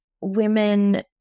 Women